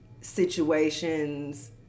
situations